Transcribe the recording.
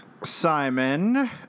Simon